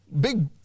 big